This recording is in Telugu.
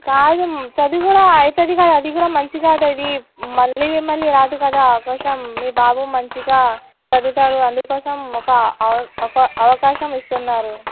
కాదు చదువులో అవుతుంది కదా అది కూడా మంచిగా అది మళ్ళీ మళ్ళీ రాదు కదా అవకాశం మీ బాబు మంచిగా చదువుతాడు అందుకోసం ఒక అవ ఒక అవకాశం ఇస్తున్నారు